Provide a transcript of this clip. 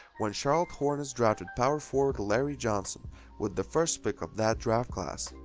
when charlotte hornets drafted power forward larry johnson with the first pick of that draft class.